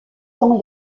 tend